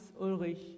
Ulrich